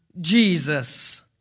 Jesus